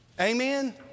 Amen